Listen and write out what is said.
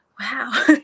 Wow